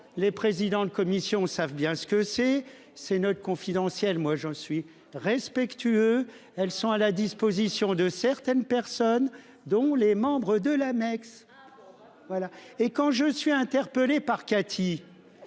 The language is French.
Les présidents de commission savent bien ce que c'est ces notes confidentielles, moi j'en suis respectueux. Elles sont à la disposition de serre. C'est une personne dont les membres de l'annexe. Voilà et quand je suis interpellé par Cathy.